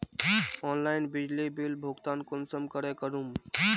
Online बिजली bill भुगतान कुंसम करे करूम?